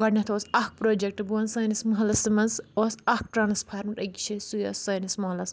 گۄڈنؠتھ اوس اَکھ پروجکٹ بہٕ ونہٕ سٲنِس محَلَس منٛز اوس اَکھ ٹرانَسفارم أکِس شایہِ سُے اوس سٲنِس محَلَس